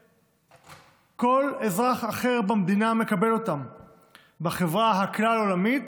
שכל אזרח אחר במדינה מקבל בחברה הכלל-העולמית,